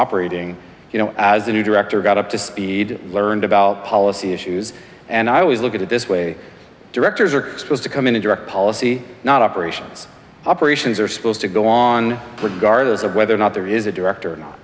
operating you know as the new director got up to speed learned about policy issues and i always look at it this way directors are supposed to come into direct policy not operations operations are supposed to go on put garters of whether or not there is a director or not